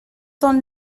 son